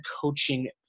coaching